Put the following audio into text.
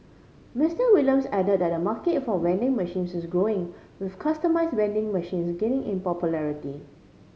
Mister Williams added that the market for vending machines is growing with customise vending machines gaining in popularity